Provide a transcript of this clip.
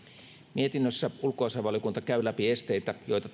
mietinnössä ulkoasiainvaliokunta käy läpi esteitä joita